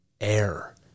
air